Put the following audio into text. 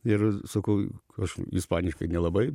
ir sakau aš ispaniškai nelabai